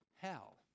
hell